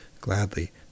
gladly